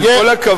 עם כל הכבוד,